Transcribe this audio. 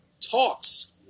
Talks